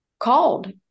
Called